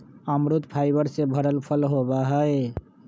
अमरुद फाइबर से भरल फल होबा हई